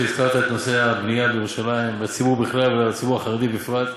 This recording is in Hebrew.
שהזכיר את נושא הבנייה בירושלים לציבור בכלל ולציבור החרדי בפרט.